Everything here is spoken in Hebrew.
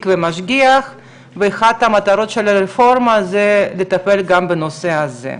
והמשגיח ואחת המטרות של הרפורמה זה לטפל גם בנושא הזה.